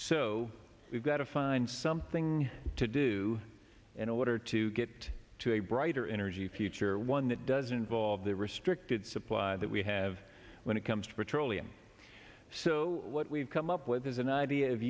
so we've got to find something to do in order to get to a brighter energy future one that doesn't involve the restricted supply that we have when it comes to patrol and so what we've come up with is an idea of